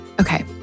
Okay